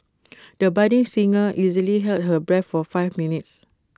the budding singer easily held her breath for five minutes